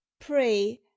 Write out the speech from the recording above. pray